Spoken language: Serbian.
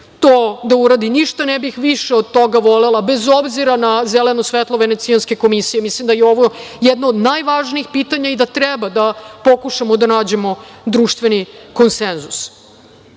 to da uradi. Ništa više od toga ne bih volela, bez obzira na zeleno svetlo Venecijanske komisije. Mislim da je ovo jedno od najvažnijih pitanja i da treba da pokušamo da nađemo društveni konsenzus. Da